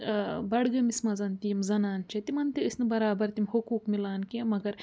بڑگٲمِس منٛز تہِ یِم زنانہٕ چھِ تِمن تہِ ٲسۍ نہٕ برابر تِم حقوٗق مِلان کیٚنٛہہ مگر